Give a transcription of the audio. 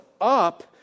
up